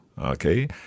Okay